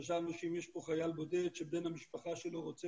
חשבנו שאם יש פה חייל בודד שבן המשפחה שלו רוצה